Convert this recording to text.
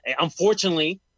unfortunately